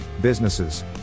businesses